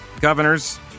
governors